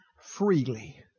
freely